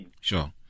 Sure